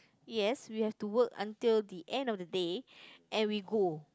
yes we have to work until the end of the day and we go